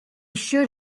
should